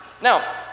Now